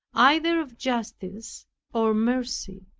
either of justice or mercy,